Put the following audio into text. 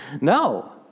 No